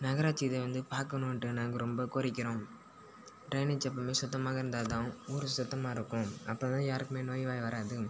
நகராட்சி இதை வந்து பார்க்கணுன்ட்டு நாங்கள் ரொம்ப கோரிக்கிறோம் ட்ரைனேஜ் எப்போமே சுத்தமாக இருந்தால் தான் ஊர் சுத்தமாக இருக்கும் அப்போ தான் யாருக்குமே நோய் வாய் வராது